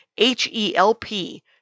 H-E-L-P